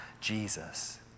Jesus